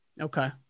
Okay